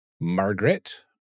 Margaret